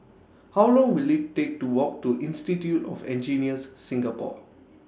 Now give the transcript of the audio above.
How Long Will IT Take to Walk to Institute of Engineers Singapore